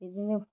बिदिनो